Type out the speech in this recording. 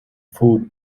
food